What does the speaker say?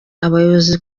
abayobozi